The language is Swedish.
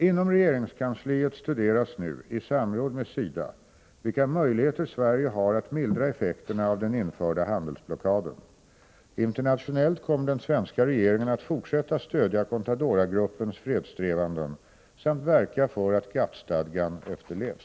Inom regeringskansliet studeras nu i samråd med SIDA vilka möjligheter Sverige har att mildra effekterna av den införda handelsblockaden. Internationellt kommer den svenska regeringen att fortsätta stödja contadoragruppens fredssträvanden samt verka för att GATT-stadgan efterlevs.